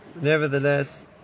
Nevertheless